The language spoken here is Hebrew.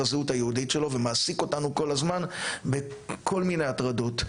הזהות היהודית שלו ומעסיק אותנו כל הזמן בכל מיני הטרדות.